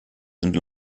sind